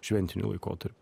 šventiniu laikotarpiu